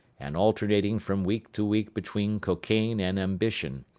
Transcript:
and alternating from week to week between cocaine and ambition,